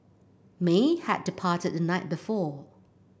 may had departed the night before